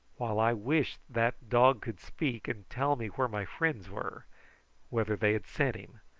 while i wished that dog could speak and tell me where my friends where whether they had sent him,